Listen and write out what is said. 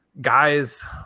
guys